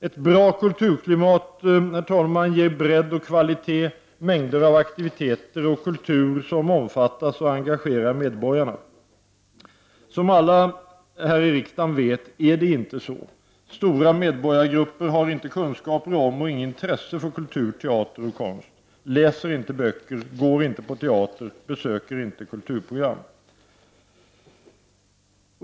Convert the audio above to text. Ett bra kulturklimat, herr talman, ger bredd och kvalitet, mängder av aktiviteter och kultur som omfattas av och engagerar medborgarna. Som alla här i riksdagen vet är det inte så: stora medborgargrupper har inga kunskaper om och inget intresse för kultur, teater och konst. De läser inte böcker, de går inte på teatern, de besöker inte kulturprogram.